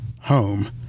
Home